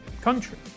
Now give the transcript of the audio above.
country